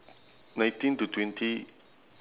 nineteen to twenty